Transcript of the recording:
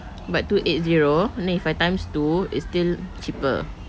but two eight zero and then if I times two it's still cheaper